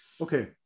Okay